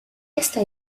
esta